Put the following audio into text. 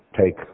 take